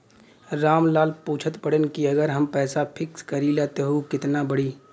राम लाल पूछत बड़न की अगर हम पैसा फिक्स करीला त ऊ कितना बड़ी?